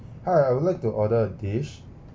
hi I would like to order a dish